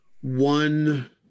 one